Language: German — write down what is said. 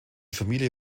familie